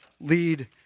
lead